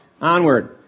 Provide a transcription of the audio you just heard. onward